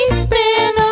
spin